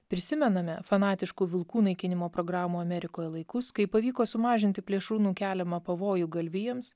prisimename fanatiškų vilkų naikinimo programų amerikoje laikus kai pavyko sumažinti plėšrūnų keliamą pavojų galvijams